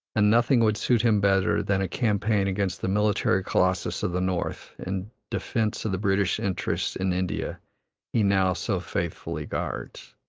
and nothing would suit him better than a campaign against the military colossus of the north in defence of the british interests in india he now so faithfully guards.